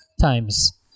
times